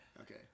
Okay